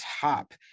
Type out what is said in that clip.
top